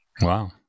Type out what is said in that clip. Wow